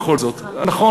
נכון,